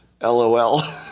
LOL